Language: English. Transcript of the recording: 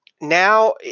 now